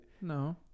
No